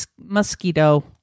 Mosquito